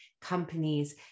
companies